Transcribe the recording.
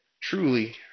truly